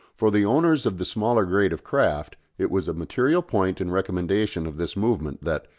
for the owners of the smaller grade of craft it was a material point in recommendation of this movement that,